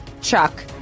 Chuck